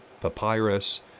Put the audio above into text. papyrus